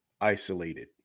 isolated